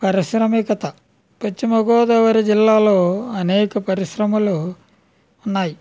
పారిశ్రామీకత పశ్చిమ గోదావరి జిల్లాలో అనేక పరిశ్రమలు ఉన్నాయి